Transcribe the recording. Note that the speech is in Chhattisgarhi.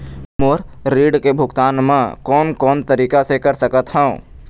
मोर ऋण के भुगतान म कोन कोन तरीका से कर सकत हव?